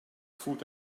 food